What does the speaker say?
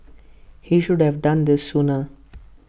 he should have done this sooner